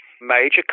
major